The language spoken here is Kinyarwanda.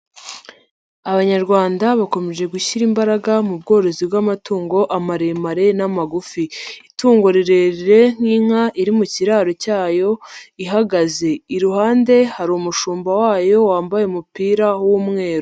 Abanyarwanda bakomeje gushyira imbaraga mu bworozi bw'amatungo, amaremare n'amagufi. Itungo rirerire nk'inka iri mu kiraro cyayo ihagaze. Iruhande hari umushumba wayo wambaye umupira w'umweru.